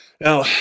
Now